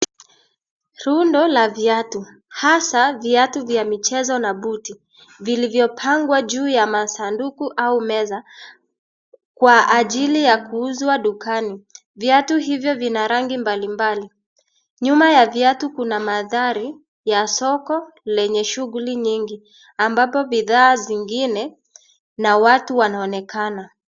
Rundo la viatu, hasa viatu vya michezo na buti, vilivyopangwa juu ya masanduku au meza kwa ajili ya kuuzwa dukani. Viatu hivyo vina rangi mbalimbali. Nyuma ya viatu kuna mandhari ya soko lenye shughuli nyingi. Ambapo bidhaa zingine na watu wanaonekana.